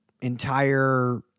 entire